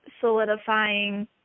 solidifying